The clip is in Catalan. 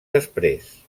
després